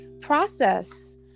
process